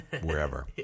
wherever